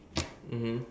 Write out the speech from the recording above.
mmhmm